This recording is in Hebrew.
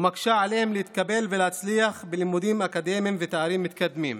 ומקשה עליהם להתקבל ולהצליח בלימודים אקדמיים ותארים מתקדמים.